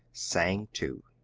sang too.